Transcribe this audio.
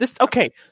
okay